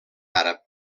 àrab